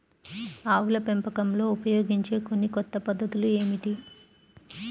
ఆవుల పెంపకంలో ఉపయోగించే కొన్ని కొత్త పద్ధతులు ఏమిటీ?